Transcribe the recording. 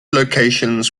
locations